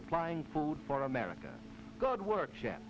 supplying food for america god works